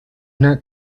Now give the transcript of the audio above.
not